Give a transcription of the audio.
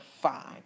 fine